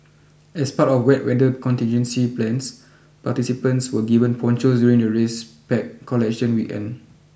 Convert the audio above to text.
as part of wet weather contingency plans participants were given ponchos during the race pack collection weekend